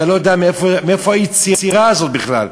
אתה לא יודע מאיפה היצירה הזאת בכלל.